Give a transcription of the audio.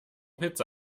hitze